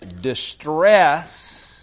Distress